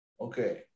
Okay